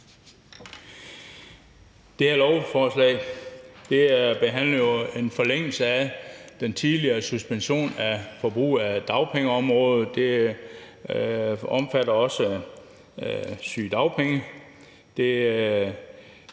Det her lovforslag omhandler jo en forlængelse af den tidligere suspension af dagpengeforbrug. Det omfatter også sygedagpenge.